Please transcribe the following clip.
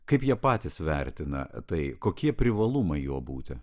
kaip jie patys vertina tai kokie privalumai juo būti